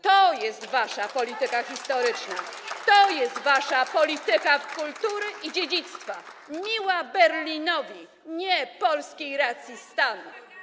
To jest wasza polityka historyczna, to jest wasza polityka kultury i dziedzictwa, miła Berlinowi, nie polskiej racji stanu.